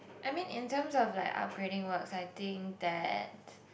I mean in terms of like upgrading works I think that